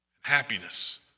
happiness